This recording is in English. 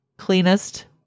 cleanest